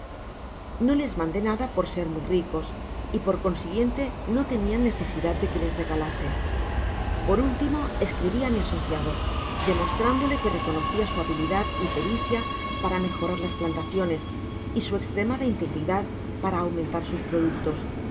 no les mandó nada por ser muy ricos y por consiguiente no tenian necesidad de que les regalase por último escribi á mi asociado demostrándole que reconocía su habilidad y pericia para mejorar las plantaciones y su estromada integridad para aumentar sus productos